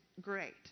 great